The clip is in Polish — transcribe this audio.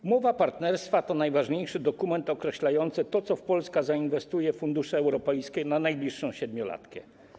Umowa partnerstwa to najważniejszy dokument określający to, w co Polska zainwestuje fundusze europejskie na najbliższą siedmiolatkę.